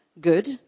good